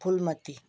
Phulmati